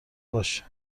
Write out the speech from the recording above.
باشه